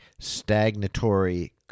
stagnatory